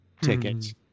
tickets